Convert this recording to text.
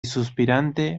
suspirante